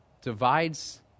divides